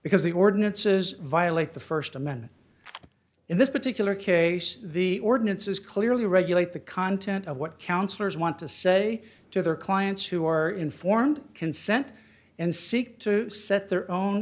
because the ordinances violate the st amendment in this particular case the ordinance is clearly regulate the content of what counselors want to say to their clients who are informed consent and seek to set their own